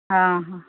ହଁ ହଁ